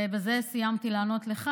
אני מקווה שבזה סיימתי לענות לך,